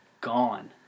gone